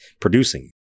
producing